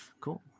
Cool